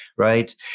Right